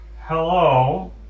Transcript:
Hello